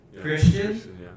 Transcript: Christian